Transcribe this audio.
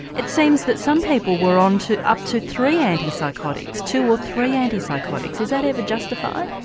it seems that some people were on to up to three antipsychotics, two or three antipsychotics is that ever justified?